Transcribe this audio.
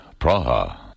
Praha